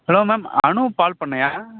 hello ma'am அனு பால் பண்ணையா